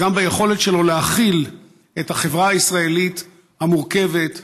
וגם ביכולת שלו להכיל את החברה הישראלית המורכבת,